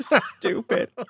Stupid